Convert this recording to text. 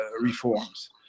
reforms